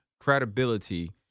credibility